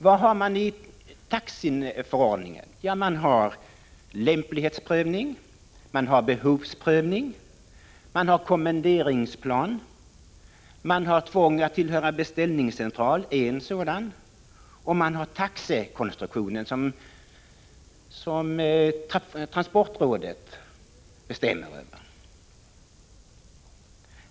Vad finns det i taxiförordningen? Man har lämplighetsprövning, behovsprövning, kommenderingsplan, tvång att tillhöra en beställningscentral och en taxekonstruktion som transportrådet bestämmer över.